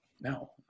No